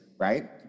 Right